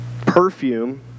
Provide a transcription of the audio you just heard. perfume